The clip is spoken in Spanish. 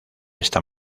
esta